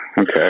Okay